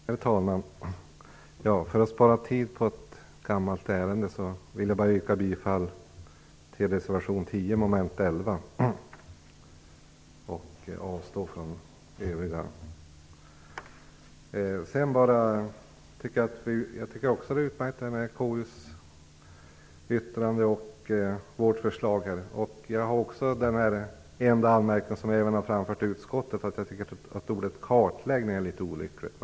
Herr talman! För att spara tid för kammarens ärenden yrkar jag bifall enbart till reservation 10 avseende mom. 11 och avstår från övriga yrkanden. Också jag tycker att det är utmärkt med KU:s yttrande och vårt förslag. Jag har den enda anmärkningen, som jag även har framfört i utskottet, att jag tycker att ordet kartläggning är litet olyckligt valt.